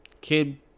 Kid